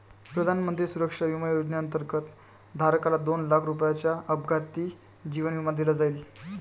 प्रधानमंत्री सुरक्षा विमा योजनेअंतर्गत, धारकाला दोन लाख रुपयांचा अपघाती जीवन विमा दिला जाईल